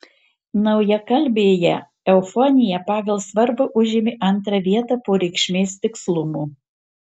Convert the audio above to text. naujakalbėje eufonija pagal svarbą užėmė antrą vietą po reikšmės tikslumo